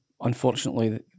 Unfortunately